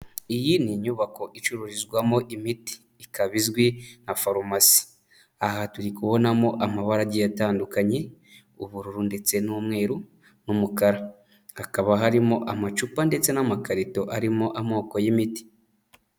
Iyi ni inyubako icururizwamo imiti ikaba izwi nka farumasi, aha turi kubonamo amabara agiye atandukanye, ubururu ndetse n'umweru n'umukara, hakaba harimo amacupa ndetse n'amakarito arimo amoko y'imiti.